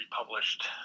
republished